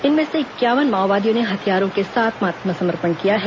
इनमें से इंक्यावन माओवादियों ने हथियारों के साथ आत्मसमर्पण किया है